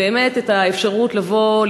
באמת לבוא,